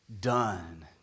done